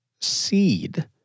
seed